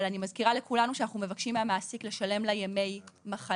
אבל אני מזכירה לכולנו שאנחנו מבקשים מהמעסיק לשלם לה ימי מחלה.